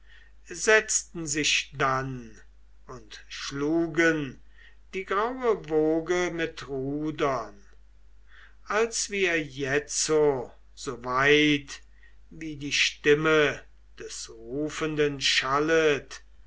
setzten sich dann und schlugen die graue woge mit rudern als wir jetzo so weit wie die stimme des rufenden schallet